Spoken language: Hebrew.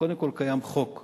כאן לא שילמו לאף אחד,